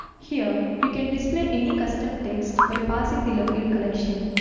here you can display any custom text, by passing the locale collection.